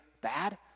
bad